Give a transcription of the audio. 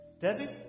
Debbie